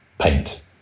paint